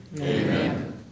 amen